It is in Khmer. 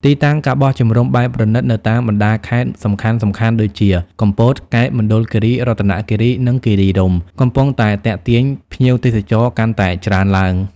ទីតាំង ការបោះជំរំបែបប្រណីត នៅតាមបណ្តាខេត្តសំខាន់ៗដូចជា កំពត កែប មណ្ឌលគិរី រតនគិរី និងគិរីរម្យ កំពុងតែទាក់ទាញភ្ញៀវទេសចរកាន់តែច្រើនឡើង។